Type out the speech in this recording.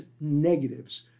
negatives